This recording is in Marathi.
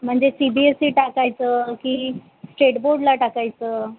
म्हणजे सी बी एस ई टाकायचं की स्टेट बोर्डला टाकायचं